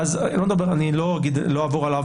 אני מחזיק פה את הרשימה,